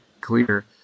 clear